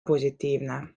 positiivne